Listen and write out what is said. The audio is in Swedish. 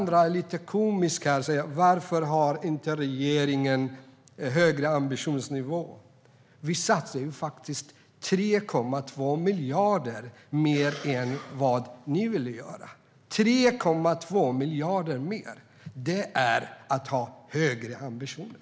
Det är lite komiskt att man frågar varför regeringen inte har en högre ambitionsnivå. Vi satsar ju faktiskt 3,2 miljarder mer än vad ni ville göra. 3,2 miljarder mer är att ha högre ambitioner.